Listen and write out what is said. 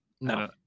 No